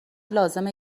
لازمه